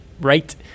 right